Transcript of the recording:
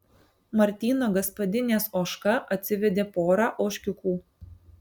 martyno gaspadinės ožka atsivedė porą ožkiukų